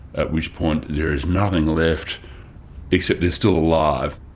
at which point there is nothing left except they're still alive.